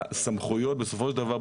הסמכויות בסופו של דבר,